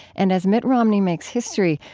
and as mitt romney makes history,